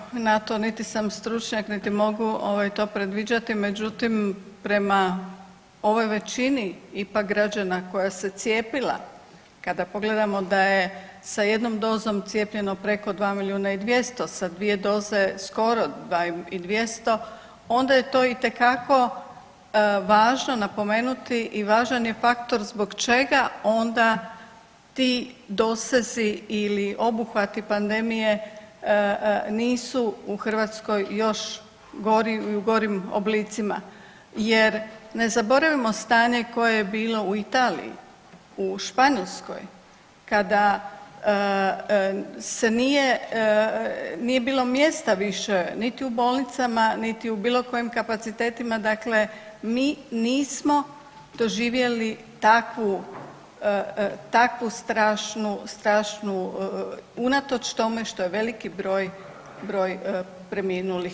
Teško je na to, niti sam stručnjak, niti mogu ovaj to predviđati međutim prema ovoj većini ipak građana koja se cijepila kada pogledamo da je sa jednom dozom cijepljeno preko 2 milijuna i 200, sa 2 doze skoro 2 i 200 onda je to itekako važno napomenuti i važan je faktor zbog čega onda ti dosezi ili obuhvati pandemije nisu u Hrvatskoj još gori i u gorim oblicima jer ne zaboravimo stanje koje je bilo u Italiji, u Španjolskoj kada se nije, nije bilo mjesta više niti u bolnicama, niti u bilo kojim kapacitetima, dakle mi nismo doživjeli takvu, takvu strašnu, strašnu unatoč tome što je veliki broj, broj preminulih.